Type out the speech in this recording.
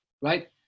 right